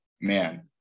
Man